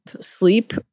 sleep